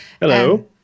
Hello